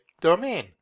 domain